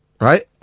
right